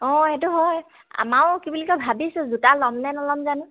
অঁ এইটো হয় আমাৰো কি বুলি কয় ভাবিছোঁ জোতা ল'ম নে নল'ম জানো